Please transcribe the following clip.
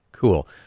Cool